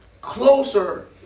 closer